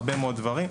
הרבה מאוד דברים.